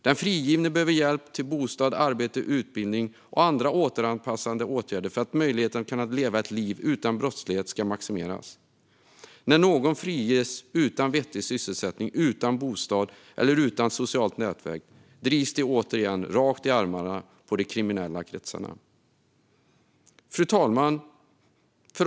Den frigivne behöver hjälp med bostad, arbete, utbildning och andra återanpassande åtgärder för att möjligheten att leva ett liv utan brottslighet ska maximeras. När någon friges utan vettig sysselsättning, utan bostad och utan socialt nätverk drivs denne återigen rakt i armarna på de kriminella kretsarna. Fru talman!